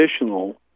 additional